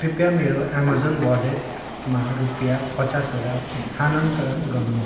कृपया मेरो अमेजन वालेटमा रुपियाँ पचास हजार स्थानान्तरण गर्नुहोस्